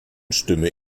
stimme